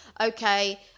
Okay